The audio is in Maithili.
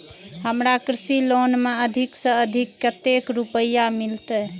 हमरा कृषि लोन में अधिक से अधिक कतेक रुपया मिलते?